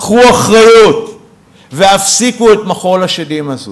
קחו אחריות והפסיקו את מחול השדים הזה.